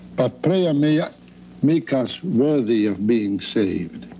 but prayer may ah make us worthy of being saved.